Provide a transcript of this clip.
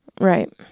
Right